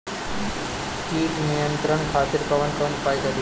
कीट नियंत्रण खातिर कवन कवन उपाय करी?